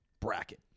bracket